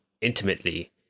Intimately